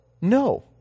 No